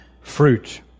fruit